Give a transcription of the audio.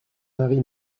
mari